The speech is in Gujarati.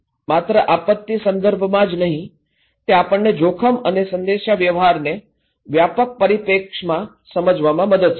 માત્ર આપત્તિ સંદર્ભમાં જ નહીં તે આપણને જોખમ અને જોખમ સંદેશાવ્યવહારને વ્યાપક પરિપ્રેક્ષ્યને સમજવામાં મદદ કરશે